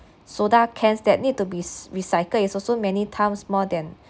soda cans that need to be cy~ recycled is also many times more than